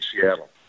Seattle